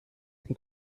wie